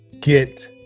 get